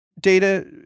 data